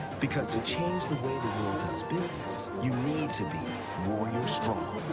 because to change the business, you need to be warrior strong.